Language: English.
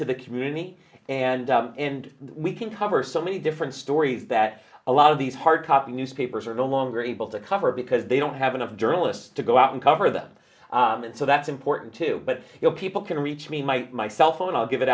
to the community and and we can cover so many different stories that a lot of these hardcopy newspaper reserve no longer able to cover because they don't have enough journalists to go out and cover them so that's important too but you know people can reach me my my cell phone i'll give it